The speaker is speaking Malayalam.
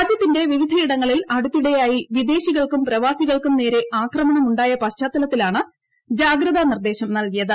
രാജ്യത്തിന്റെ വിവിധയിടങ്ങളിൽ അടുത്തിടെയായി വിദേശികൾക്കും പ്രവാസികൾക്കും നേരെ ആക്രമണമുണ്ടായ പശ്ചാത്തലത്തിലാണ് ജാഗ്രതാ നിർദ്ദേശം നല്കിയത്